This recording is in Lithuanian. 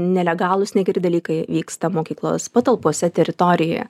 nelegalūs negeri dalykai vyksta mokyklos patalpose teritorijoje